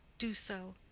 do so,